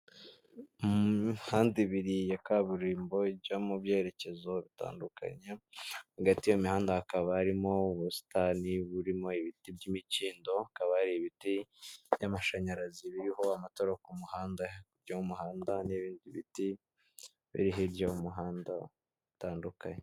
Aha hari imihanda ibiri ya kaburimbo ijya mu byerekezo bitandukanye, hagati y'iyo imihanda hakaba harimo ubusitani burimo ibiti by'imikindo, hakaba hari ibiti by'amashanyarazi biriho amatara yo ku muhanda byo mu muhanda n'ibindi biti biriho ibyo mu muhanda bitandukanye.